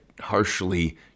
harshly